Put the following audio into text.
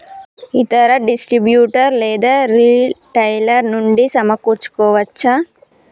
ఇతర డిస్ట్రిబ్యూటర్ లేదా రిటైలర్ నుండి సమకూర్చుకోవచ్చా?